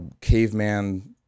caveman